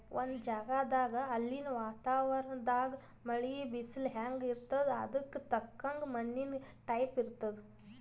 ಒಂದ್ ಜಗದಾಗ್ ಅಲ್ಲಿನ್ ವಾತಾವರಣದಾಗ್ ಮಳಿ, ಬಿಸಲ್ ಹೆಂಗ್ ಇರ್ತದ್ ಅದಕ್ಕ್ ತಕ್ಕಂಗ ಮಣ್ಣಿನ್ ಟೈಪ್ ಇರ್ತದ್